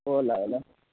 होला होला